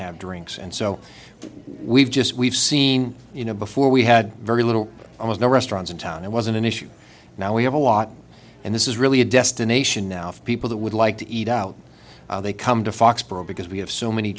have drinks and so we've just we've seen you know before we had very little almost no restaurants in town it wasn't an issue now we have a lot and this is really a destination now for people that would like to eat out they come to foxboro because we have so many